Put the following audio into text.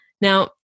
Now